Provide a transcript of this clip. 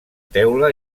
teula